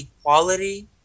equality